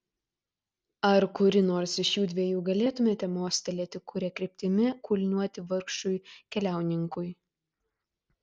ar kuri nors iš judviejų galėtumėte mostelėti kuria kryptimi kulniuoti vargšui keliauninkui